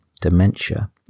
dementia